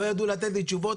לא ידעו לתת לי תשובות,